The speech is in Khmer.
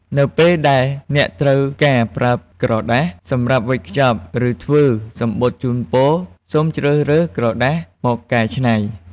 នៅពេលដែលអ្នកត្រូវការប្រើក្រដាសសម្រាប់វេចខ្ចប់ ឬធ្វើំសំបុត្រជូនពរ សូមជ្រើសរើស ក្រដាសមកកែច្នៃ ។